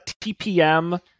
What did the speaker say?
TPM